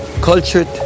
cultured